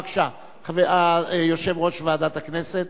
בבקשה, הודעה ליושב-ראש ועדת הכנסת.